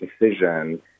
decision